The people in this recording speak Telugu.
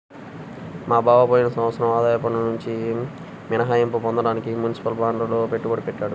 మా బావ పోయిన సంవత్సరం ఆదాయ పన్నునుంచి మినహాయింపు పొందడానికి మునిసిపల్ బాండ్లల్లో పెట్టుబడి పెట్టాడు